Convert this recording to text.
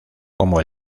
como